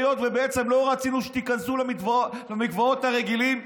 היות שבעצם לא רצינו שתיכנסו למקוואות הרגילים,